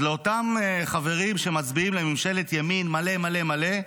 אז לאותם חברים שמצביעים לממשלת ימין מלא מלא מלא,